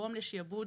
יגרום לשיעבוד